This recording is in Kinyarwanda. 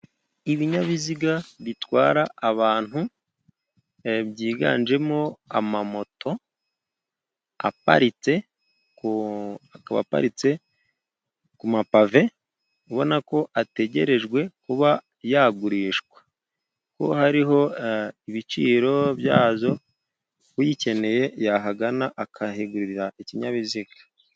Ibinyabiziga bitwara abantu, byiganjemo amamoto, aparitse akaba aparitse ku mapave, ubona ko ategerejwe kuba yagurishwa, ko hariho ibiciro byazo, ubikeneye yahagana akahigurira ikinyabiziga.